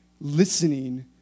listening